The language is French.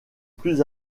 plus